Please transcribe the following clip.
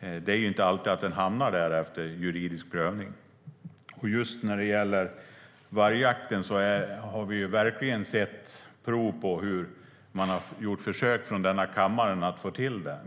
Det är inte alltid den hamnar där efter juridisk prövning. Just när det gäller vargjakt har vi verkligen sett prov på hur man har gjort försök från denna kammare att få till det.